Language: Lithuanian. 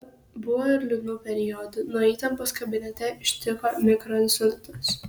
buvo ir liūdnų periodų nuo įtampos kabinete ištiko mikroinsultas